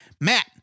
Matt